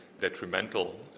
detrimental